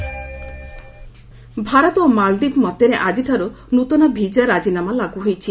India Maldives Bharat ଓ ମାଳଦ୍ୱୀପ ମଧ୍ୟରେ ଆଜିଠାରୁ ନ୍ତନ ଭିଜା ରାଜିନାମା ଲାଗୁ ହୋଇଛି